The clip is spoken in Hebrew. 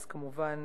אז כמובן